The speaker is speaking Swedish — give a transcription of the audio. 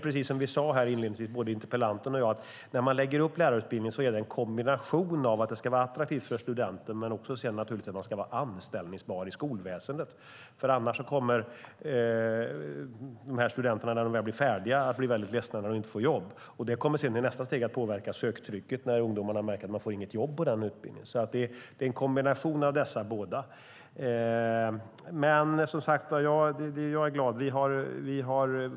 Precis som både interpellanten och jag sade ska man lägga upp lärarutbildningen utifrån en kombination av att det ska vara attraktivt för studenterna och att de också ska vara anställbara i skolväsendet. Annars kommer studenterna att bli väldigt ledsna över att de inte får jobb när de väl är färdiga. Det kommer i nästa steg att påverka söktrycket när ungdomarna märker att man inte får jobb efter utbildningen. Det är alltså en kombination av dessa båda. Som sagt, jag är glad.